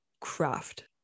craft